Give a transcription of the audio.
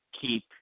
keep